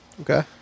Okay